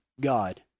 God